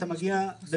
לא.